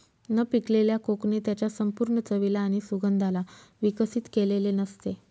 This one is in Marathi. न पिकलेल्या कोकणे त्याच्या संपूर्ण चवीला आणि सुगंधाला विकसित केलेले नसते